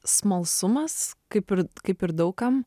smalsumas kaip ir kaip ir daug kam